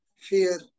fear